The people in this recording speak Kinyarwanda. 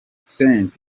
cent